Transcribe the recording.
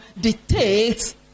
dictates